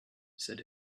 said